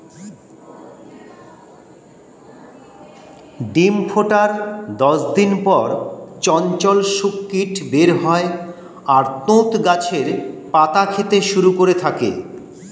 ডিম ফোটার দশ দিন পর চঞ্চল শূককীট বের হয় আর তুঁত গাছের পাতা খেতে শুরু করে থাকে